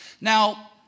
Now